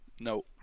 No